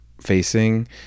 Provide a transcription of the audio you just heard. facing